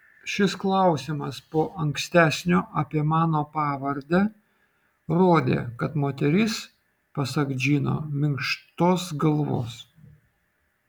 šis klausimas po ankstesnio apie mano pavardę rodė kad moteris pasak džino minkštos galvos